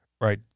right